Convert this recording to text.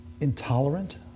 intolerant